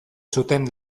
zuten